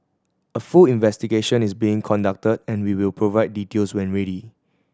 a full investigation is being conducted and we will provide details when ready